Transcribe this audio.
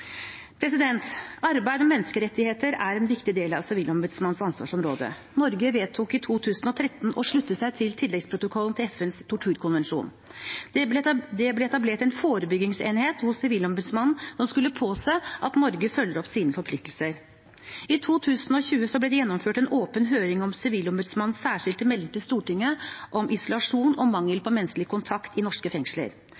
Arbeid med menneskerettigheter er en viktig del av Sivilombudsmannens ansvarsområde. Norge vedtok i 2013 å slutte seg til tilleggsprotokollen til FNs torturkonvensjon, og det ble etablert en forebyggingsenhet hos Sivilombudsmannen som skulle påse at Norge følger opp sine forpliktelser. I 2020 ble det gjennomført en åpen høring om Sivilombudsmannens særskilte melding til Stortinget om isolasjon og mangel